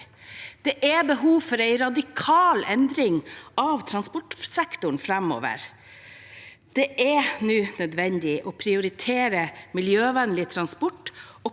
Det er behov for en radikal endring av transportsektoren framover. Det er nå nødvendig å prioritere miljøvennlig transport og